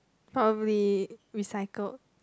probably recycle